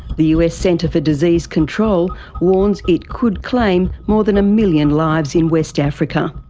the us centre for disease control warns it could claim more than a million lives in west africa.